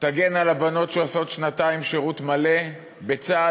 תגן על הבנות שעושות שנתיים שירות מלא בצה"ל,